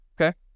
okay